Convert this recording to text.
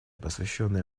посвященная